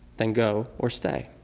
then go or stay.